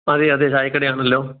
അതെ അതെ ചായക്കട ആണല്ലോ